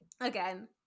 again